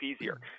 easier